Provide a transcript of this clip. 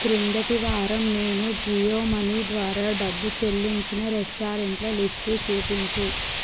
క్రిందటి వారం నేను జియో మనీ ద్వారా డబ్బు చెల్లించిన రెస్టారెంట్ల లిస్టు చూపించు